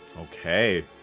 Okay